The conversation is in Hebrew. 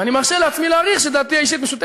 ומשפט